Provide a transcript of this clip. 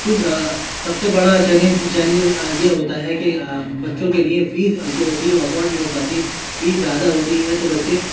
کچھ سب سے بڑا چیلنجز یہ ہوتا ہے کہ بچوں کے لیے فیس جو ہوتی ہے وہ افورڈ نہیں ہو پاتی فیس زیادہ ہوتی ہے تو بچے